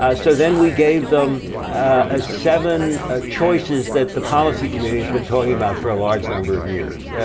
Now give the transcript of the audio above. ah so then we gave them ah seven ah choices that the policy committee has been talking about for a large number of years.